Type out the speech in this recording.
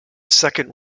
second